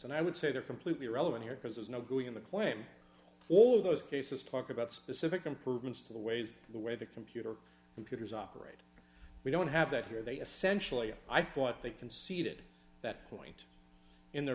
and i would say they're completely irrelevant here because there's no going on the claim all those cases talk about specific improvements to the ways the way the computer computers operate we don't have that here they essentially i thought they conceded that point in their